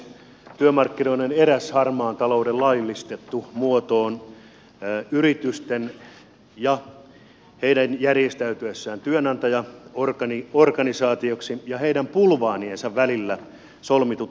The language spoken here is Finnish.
työmarkkinoiden eräs harmaan talouden laillistettu muoto on yritysten ja heidän järjestäytyessään työnantajaorganisaatioksi heidän bulvaaniensa välillä solmitut työehtosopimukset